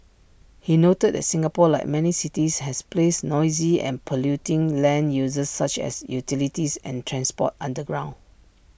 he noted that Singapore like many cities has placed noisy and polluting land uses such as utilities and transport underground